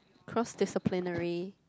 cross disciplinary